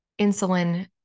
insulin